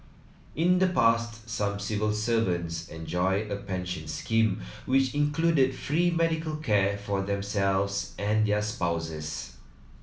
in the past some civil servants enjoyed a pension scheme which included free medical care for themselves and their spouses